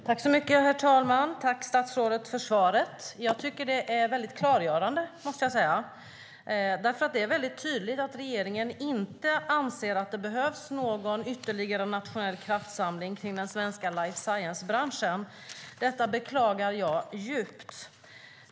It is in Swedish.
Herr talman! Tack, statsrådet, för svaret. Jag tycker att det är väldigt klargörande, måste jag säga. Det är tydligt att regeringen inte anser att det behövs någon ytterligare nationell kraftsamling kring den svenska life science-branschen. Detta beklagar jag djupt.